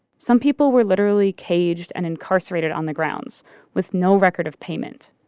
some people were literally caged and incarcerated on the grounds with no record of payment.